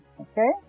Okay